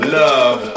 love